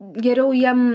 geriau jiem